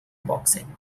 boxing